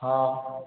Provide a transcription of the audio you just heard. হ্যাঁ